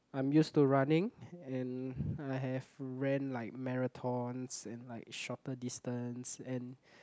I'm used to running and I have ran like marathons and like shorter distance and